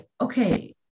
okay